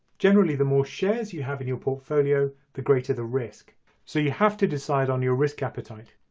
generally, the more shares you have in your portfolio the greater the risk so you have to decide on your risk appetite.